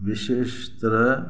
विशेष तरह